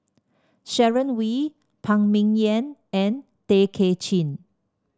Sharon Wee Phan Ming Yen and Tay Kay Chin